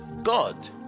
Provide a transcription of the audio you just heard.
god